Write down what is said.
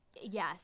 Yes